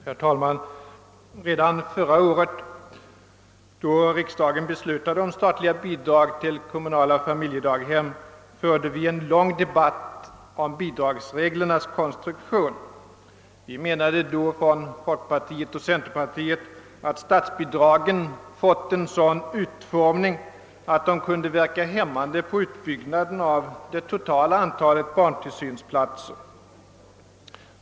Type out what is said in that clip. Herr talman! Redan förra året då riksdagen beslutade om statliga bidrag till kommunala familjedaghem förde vi en lång debatt om bidragsreglernas konstruktion. Från folkpartiet och centerpartiet menade vi då, att statsbidragen fått en sådan utformning att de kunde verka hämmande på utbyggnaden av det totala antalet barntillsynsplatser.